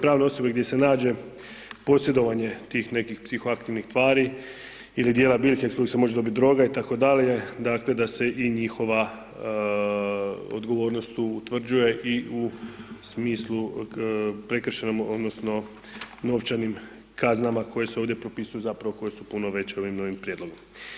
Prazne osobe gdje se nađe posjedovanje tih nekih psihoaktivnih tvari ili dijela biljke kojeg se može dobiti droga, itd. dakle da se i njihova odgovornost utvrđuje i u smislu prekršajnom odnosno novčanim kaznama koje se ovdje propisuju, koje su puno veće ovim novim prijedlogom.